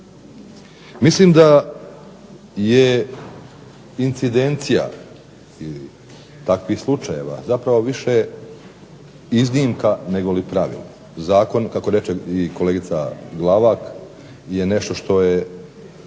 Mislim da je incidencija i takvih slučajeva zapravo više iznimka negoli pravilo. Zakon kako reče i kolegica Glavak je nešto što je